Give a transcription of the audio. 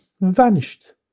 vanished